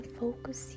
focus